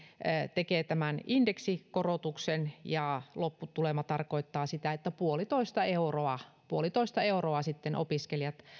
tekee tämän indeksikorotuksen ja lopputulema tarkoittaa sitä että puolitoista euroa puolitoista euroa sitten opiskelijat